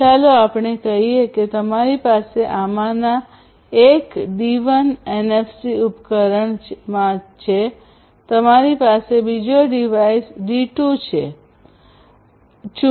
ચાલો આપણે કહીએ કે તમારી પાસે આમાંના એક D1 એનએફસી ઉપકરણમાં છે તમારી પાસે બીજો ડિવાઇસ ડી2 છે